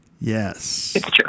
Yes